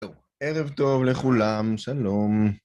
ערב טוב לכולם, שלום.